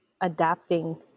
adapting